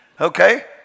Okay